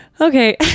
Okay